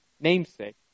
namesake